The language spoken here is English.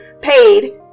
paid